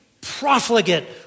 profligate